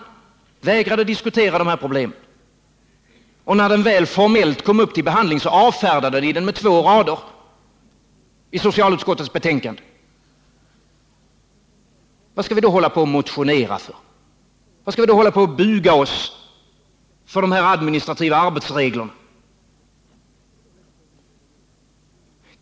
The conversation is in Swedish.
Ni vägrade att diskutera problemen. När motionen väl formellt kom upp till behandling, avfärdade ni den med två rader i socialutskottets betänkande. Vad skall vi då hålla på och motionera för? Varför skall vi då hålla på och buga oss för de administrativa arbetsreglerna?